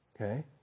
okay